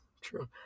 true